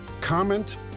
comment